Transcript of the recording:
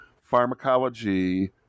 pharmacology